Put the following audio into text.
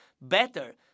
better